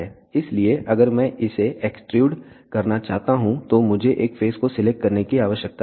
इसलिए अगर मैं इसे एक्सट्रूड करना चाहता हूं तो मुझे एक फेस को सिलेक्ट करने की आवश्यकता है